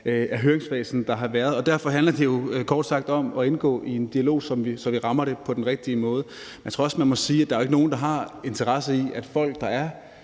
den høringsfase, der har været. Derfor handler det jo kort sagt om at indgå i en dialog, så vi rammer det på den rigtige måde. Jeg tror også, man må sige, at der jo ikke er nogen, der har interesse i, at folk, der er